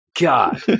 God